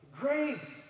Grace